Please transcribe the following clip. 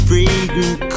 Fragrant